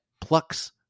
plucks